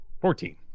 Fourteen